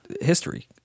history